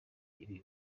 ibi